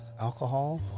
alcohol